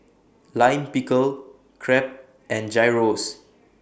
Lime Pickle Crepe and Gyros